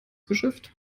geschäft